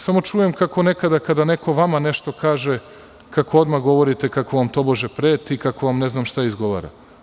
Samo čujem kako nekada, kada neko vama nešto kaže, kako odmah govorite kako on, tobože, preti, kako vam ne znam šta izgovara.